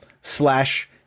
slash